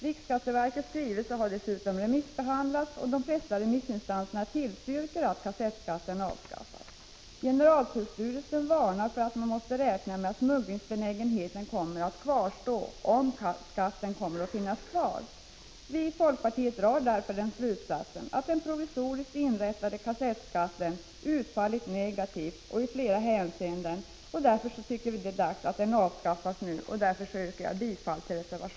Riksskatteverkets skrivelse har remissbehandlats. De flesta remissinstanserna tillstyrker att kassettskatten avskaffas. Generaltullstyrelsen varnar för att man måste räkna med att smugglingsbenägenheten kommer att kvarstå om skatten finns kvar. Vi i folkpartiet drar den slutsatsen att den provisoriskt inrättade kassett